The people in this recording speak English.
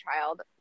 child